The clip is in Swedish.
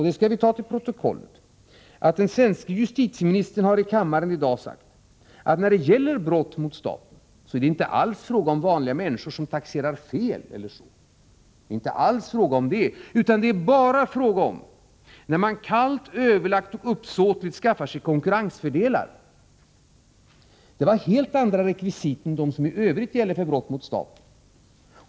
Vi skall ta till protokollet att den svenske justitieministern i dag har sagt i kammaren att det när det gäller brott mot staten inte alls är fråga om vanliga människor som deklarerar fel eller så. Det är inte alls fråga om det, utan det är bara fråga om att man kallt, överlagt och uppsåtligt skaffar sig konkurrensfördelar. Det var helt andra rekvisit än de som i övrigt gäller för brott mot staten.